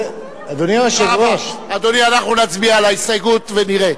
אדוני, אנחנו נצביע על ההסתייגות ונראה.